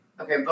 okay